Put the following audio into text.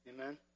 Amen